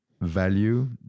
value